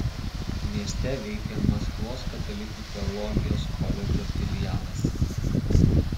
mieste veikia maskvos katalikų teologijos koledžo filialas